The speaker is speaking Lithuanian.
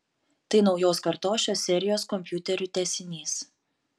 tai naujos kartos šios serijos kompiuterių tęsinys